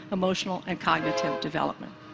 emotional, and cognitive development.